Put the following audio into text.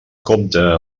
compta